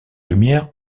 lumière